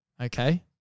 Okay